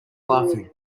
laughing